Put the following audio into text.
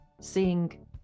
seeing